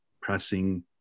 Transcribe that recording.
pressing